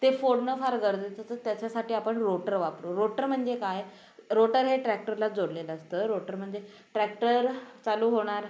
ते फोडणं फार गरजेचं तर त्याच्यासाठी आपण रोटर वापरू रोटर म्हणजे काय रोटर हे ट्रॅक्टरलाच जोडलेलं असतं रोटर म्हणजे ट्रॅक्टर चालू होणार